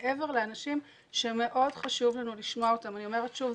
מעבר לאנשים שמאוד חשוב לנו לשמוע אותם אני אומרת שוב,